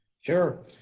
Sure